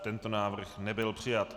Tento návrh nebyl přijat.